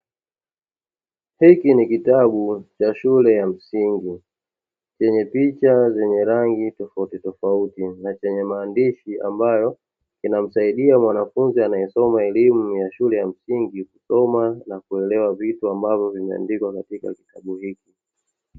Hiki ni kitabu cha shule ya msingi chenye picha zenye rangi tofauti tofauti na chenye maandishi ambayo yanamsaidia mwanafunzi anaesoma elimu ya shule ya msingi kusoma na kuelewa vitu ambavyo vimeandikwa katika kitabu hicho.